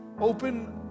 Open